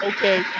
Okay